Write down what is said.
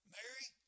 Mary